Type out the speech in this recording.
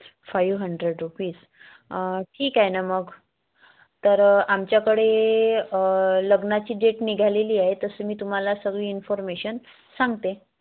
five hundred rupees ठीक आहे ना मग तर आमच्याकडे लग्नाची डेट निघालेली आहे तसं मी तुम्हाला सगळी इन्फॉर्मेशन सांगते